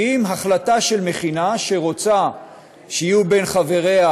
כי אם בהחלטה שמכינה שרוצה שיהיו בין חבריה,